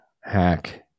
hack